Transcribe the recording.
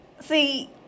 See